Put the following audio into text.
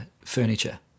furniture